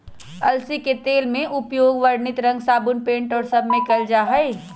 अलसी के तेल के उपयोग वर्णित रंग साबुन पेंट और सब में कइल जाहई